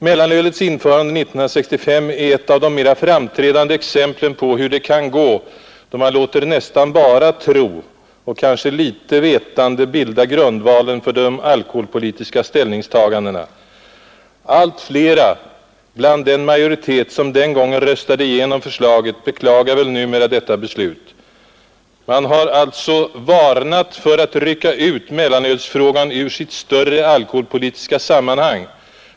Mellanölets införande 1965 är ett av de mera framträdande exemplen på hur det kan gå, då man låter nästan bara tro och kanske därtill litet vetande bilda grundvalen för de alkoholpolitiska ställningstagandena. Allt flera bland den majoritet, som den gången röstade igenom förslaget om fri mellanölsförsäljning, beklagar väl numera detta beslut. Man har alltså i APU varnat för att rycka ut mellanölsfrågan ur sitt större alkoholpolitiska sammanhang.